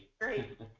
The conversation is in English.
Great